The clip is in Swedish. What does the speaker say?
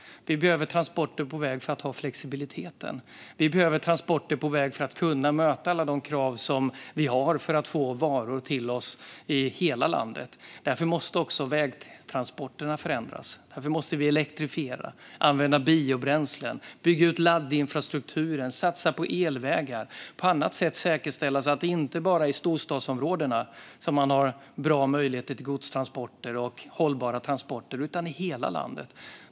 Vi behöver transporter på väg för att ha flexibilitet. Vi behöver transporter på väg för att kunna möta alla de krav som vi har för att få varor till oss i hela landet. Därför måste också vägtransporterna förändras. Därför måste vi elektrifiera, använda biobränslen, bygga ut laddinfrastrukturen, satsa på elvägar och på annat sätt säkerställa att det inte är bara i storstadsområdena som det finns bra möjligheter till godstransporter och hållbara transporter. Det ska finnas i hela landet.